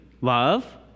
Love